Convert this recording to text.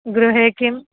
गृहे किम्